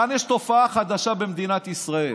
כאן, במדינת ישראל,